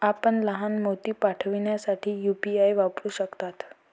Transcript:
आपण लहान मोती पाठविण्यासाठी यू.पी.आय वापरू शकता